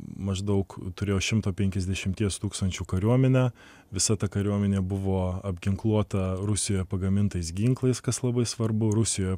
maždaug turėjo šimto penkiasdešimties tūkstančių kariuomenę visa ta kariuomenė buvo apginkluota rusijoje pagamintais ginklais kas labai svarbu rusijoje